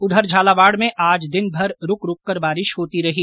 उधर झालावाड़ में आज दिनभर रूक रूक कर बारिश होती रही